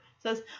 Says